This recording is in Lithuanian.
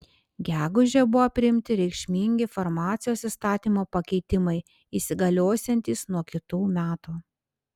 gegužę buvo priimti reikšmingi farmacijos įstatymo pakeitimai įsigaliosiantys nuo kitų metų